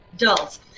adults